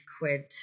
quid